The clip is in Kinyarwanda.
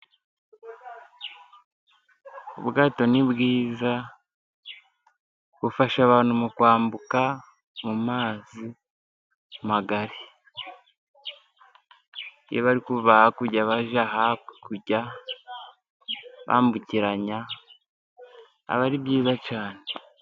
Ubwato ni bwiza bufasha abantu mu kwambuka mu mazi magari, iyo bari kuva hakurya bajya hakurya bambukiranya aba ari byiza cyane.